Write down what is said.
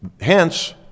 Hence